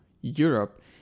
Europe